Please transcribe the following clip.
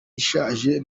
ishaje